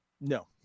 no